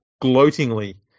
gloatingly